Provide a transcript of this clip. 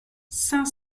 cinq